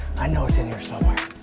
i know it's in here somewhere.